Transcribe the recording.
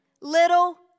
Little